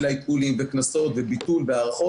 העיקולים והקנסות וביטולים והארכות.